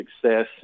success